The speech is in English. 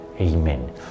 Amen